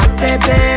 baby